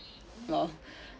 lol